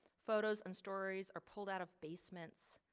photos and stories are pulled out of basements,